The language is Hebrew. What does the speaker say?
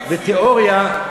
בתיאוריה,